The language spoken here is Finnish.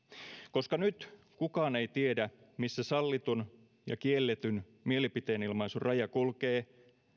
koska nyt kukaan ei tiedä missä sallitun ja kielletyn mielipiteenilmaisun raja kulkee